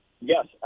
Yes